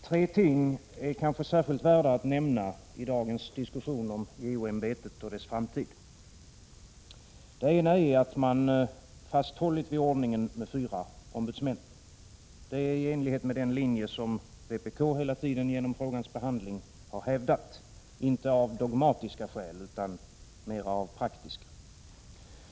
Herr talman! Tre ting är kanske särskilt värda att nämnas i dagens diskussion om JO-ämbetet och dess framtid. Det första är att man fasthållit vid ordningen med fyra ombudsmän. Detta är i enlighet med den linje som vpk hela tiden under frågans behandling har hävdat — inte av dogmatiska skäl utan snarare av praktiska.